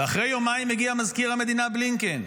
ואחרי יומיים הגיע מזכיר המדינה בלינקן,